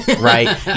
right